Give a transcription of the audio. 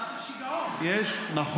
יש דבר, יש, שיגעון, נכון.